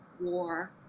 war